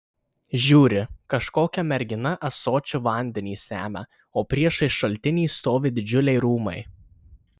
žiūri kažkokia mergina ąsočiu vandenį semia o priešais šaltinį stovi didžiuliai rūmai